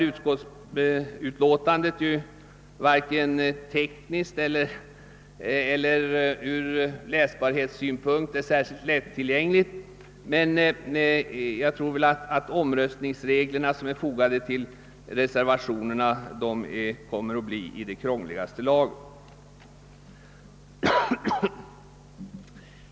Utskottsutlåtandet är ju varken ur teknisk eller ur läsbarhetssynpunkt särskilt lättillgängligt, men jag tror att de omröstningsregler som är fogade till reservationen 3 blir i krångligaste laget.